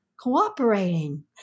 cooperating